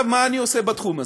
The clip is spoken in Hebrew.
מה אני עושה בתחום הזה: